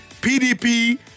PDP